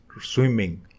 swimming